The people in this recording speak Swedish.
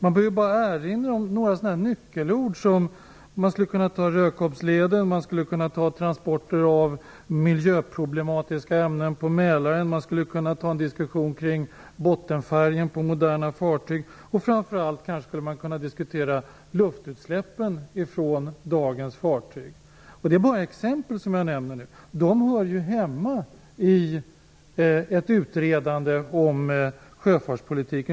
Man behöver bara erinra om sådana nyckelord som Rödkoppsleden, transporterna av miljöproblematiska ämnen på Mälaren, bottenfärgen på moderna fartyg och framför allt utsläppen ut i luften från dagens fartyg. Det är bara exempel. Dessa hör hemma i ett utredande om sjöfartspolitiken.